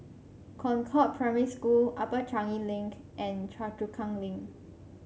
Concord Primary School Upper Changi Link and Choa Chu Kang Link